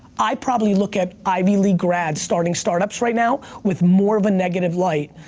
i probably look at ivy league grads starting startups right now with more of a negative light,